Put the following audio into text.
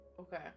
okay